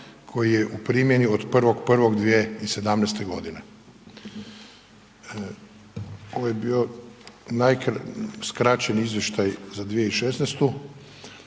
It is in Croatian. koji je u primjeni od 1.1.2017.g. Ovo je bio skraćeni izvještaj za 2016.,